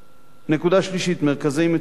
נקודה שלישית, מרכזי מצוינות: